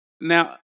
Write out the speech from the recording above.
Now